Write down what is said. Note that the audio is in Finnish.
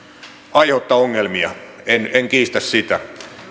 aiheuttaa ongelmia en en kiistä sitä